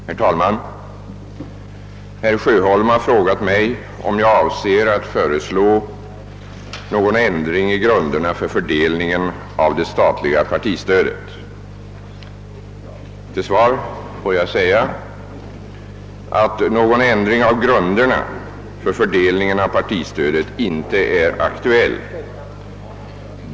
Herr talman! Herr Sjöholm har frågat mig, om jag avser att föreslå någon ändring i grunderna för fördelningen av det statliga partistödet. Någon ändring av grunderna för fördelningen av partistödet är inte aktuell.